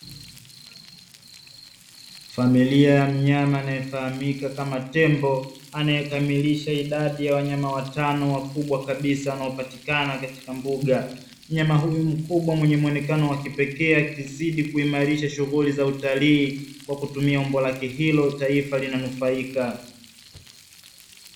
Familia ya mnyama anayefahamika kama tembo, anayekamilisha idadi ya wanyama watano wakubwa kabisa wanaopatikana katika mbuga, mnyama huyu mkubwa mwenye muonekano wa kipekee akizidi kuimarisha shughuli za utalii kwa kutumia umbo lake hilo taifa linanufaika.